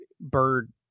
Bird